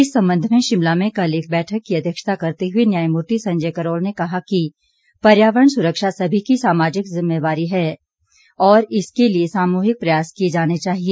इस संबंध में शिमला में कल एक बैठक अध्यक्षता करते हुए न्यायामूर्ति संजय करोल ने कहा कि पर्यावरण सुरक्षा सभी की सामाजिक जिम्मेदारी है और इसके लिए सामूहिक प्रयास किए जाने चाहिए